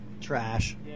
Trash